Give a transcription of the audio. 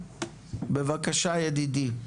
בבקשה ידידי.